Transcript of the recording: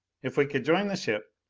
if we could join the ship,